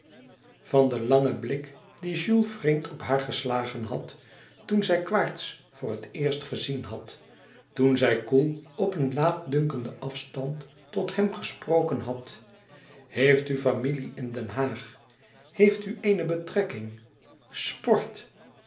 van den langen blik dien jules vreemd op haar geslagen had toen zij quaerts voor het eerst gezien had toen zij koel op een laatdunkenden afstand tot hem gesproken had heeft u familie in den haag heeft u een betrekking sport